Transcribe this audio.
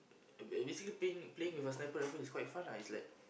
every every single playing playing with a sniper-rifle is quite fun lah it's like